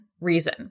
reason